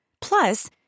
Plus